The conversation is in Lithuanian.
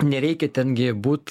nereikia ten gi būt